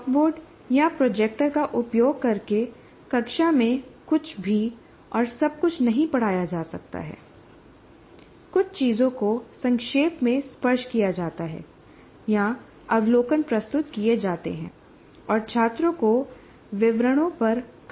chalkboard या projector का उपयोग करके कक्षा में कुछ भी और सब कुछ नहीं पढ़ाया जा सकता है कुछ चीजों को संक्षेप में स्पर्श किया जाता है या अवलोकन प्रस्तुत किए जाते हैं और छात्रों को विवरणों पर काम करना होता है